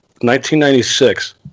1996